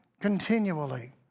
continually